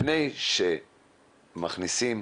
לפני שמכניסים